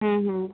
हँ हँ